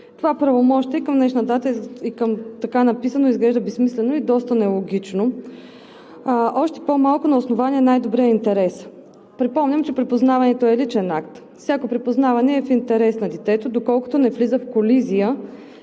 Това правомощие към днешна дата и така написано изглежда безсмислено и доста нелогично, още по-малко на основание – най добрия интерес. Припомням, че припознаването е личен акт. Всяко припознаване е в интерес на детето, доколкото не влиза в колизия